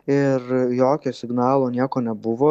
ir jokio signalo nieko nebuvo